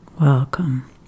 Welcome